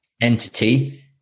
entity